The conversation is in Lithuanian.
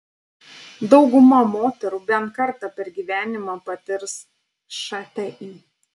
dauguma moterų bent kartą per gyvenimą patirs šti